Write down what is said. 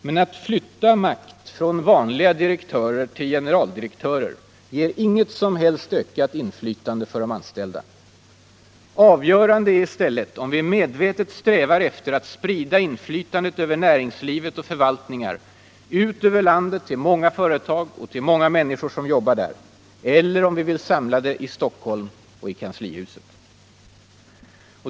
Men att flytta makt från vanliga direktörer till generaldirektörer ger inget som helst ökat inflytande för de anställda. Avgörande är i stället om vi medvetet strävar efter att sprida inflytandet över näringslivet och förvaltningar ut över landet till många företag och många institutioner och till många människor som jobbar där — eller om vi vill samla det i Stockholm och i kanslihuset.